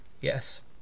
Yes